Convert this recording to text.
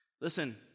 Listen